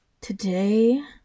today